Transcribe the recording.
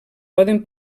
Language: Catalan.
poden